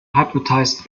hypnotized